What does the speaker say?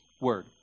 word